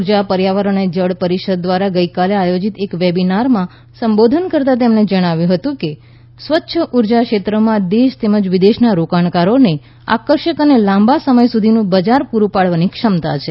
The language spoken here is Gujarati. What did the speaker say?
ઉર્જા પર્યાવરણ અને જળ પરીષદ ધ્વારા ગઇકાલે આયોજીત એક વેબીનારમાં સબોધન કરતા તેમણે જણાવ્યું હતું કે સ્વચ્છ ઉર્જા ક્ષેત્રમાં દેશ તેમજ વિદેશના રોકાણકારોને આકર્ષક અને લાંબા સમય સુધીનું બજાર પુરૂ પાડવાની ક્ષમતા છે